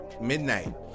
midnight